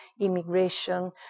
immigration